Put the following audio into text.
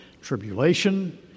Tribulation